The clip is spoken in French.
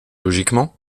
logiquement